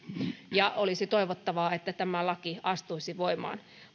olisi toivottavaa että tämä laki astuisi voimaan